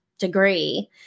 degree